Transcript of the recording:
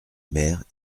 mère